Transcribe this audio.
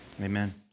amen